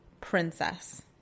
princess